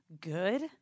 good